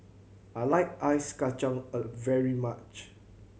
I like Ice Kachang a very much